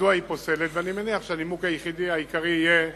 מדוע היא פוסלת, ואני מניח שהנימוק העיקרי יהיה